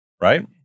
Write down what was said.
Right